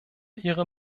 ihre